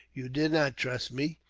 you did not trust me.